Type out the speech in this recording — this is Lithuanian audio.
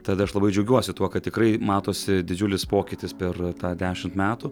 tad aš labai džiaugiuosi tuo kad tikrai matosi didžiulis pokytis per tą dešimt metų